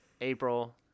April